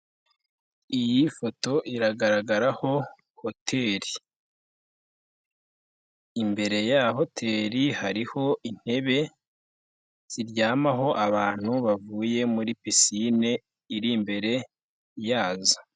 Iyi foto iragaragaraho hoteri, imbere ya hoteri hariho intebe ziryamaho abantu bavuye muri pisine iri imbere yazo.